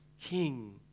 king